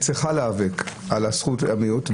היא צריכה להיאבק על זכות המיעוט,